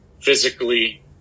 physically